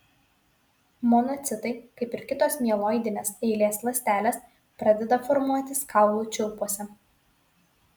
monocitai kaip ir kitos mieloidinės eilės ląstelės pradeda formuotis kaulų čiulpuose